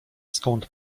skąd